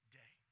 day